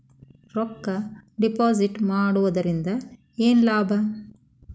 ರೊಕ್ಕ ಡಿಪಾಸಿಟ್ ಮಾಡುವುದರಿಂದ ಏನ್ ಲಾಭ?